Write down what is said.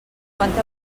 quanta